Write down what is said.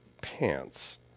Pants